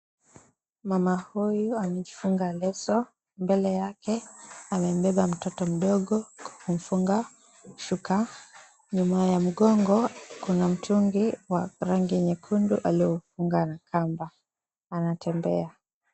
Mama huyu amejifunga leso mbele yake amembeba mtoto mdogo kwa kumfunga shuka, nyuma ya mgongo kuna mtungi wa rangi nyekundu alioufunga na kamba anatembea.